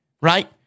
right